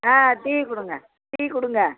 ஆ tea கொடுங்க tea கொடுங்க